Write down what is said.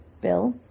Bill